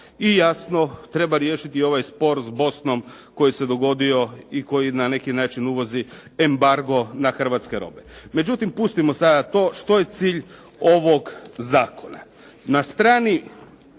i jasno, treba riješiti ovaj spor s Bosnom koji se dogodio i koji na neki način uvozi embargo na hrvatske robe. Međutim, pustimo sada to. Što je cilj ovog zakona? Na strani 7.